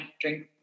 drink